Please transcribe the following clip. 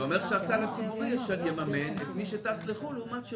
זה אומר שהסל הציבורי יממן את מי שטס לחו"ל.